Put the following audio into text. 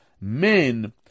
men